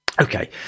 okay